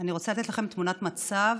אני רוצה לתת לכם תמונת מצב